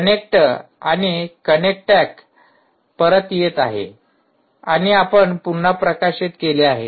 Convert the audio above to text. connect आणि कनेक्टॅक परत येत आहे आणि आपण पुन्हा प्रकाशित केले आहे